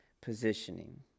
positioning